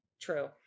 True